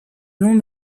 long